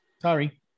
sorry